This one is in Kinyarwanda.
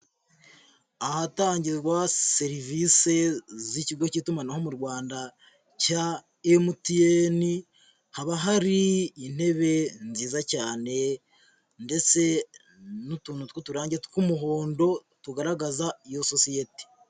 Ahatangirwa serivisi z'ikigo cy'itumanaho mu Rwanda cya MTN, haba hari intebe nziza cyane ndetse n'utuntu tw'uturange tw'umuhondo tugaragaza iyo sosiyete.